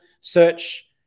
search